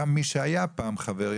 גם מי שהיה פעם חבר,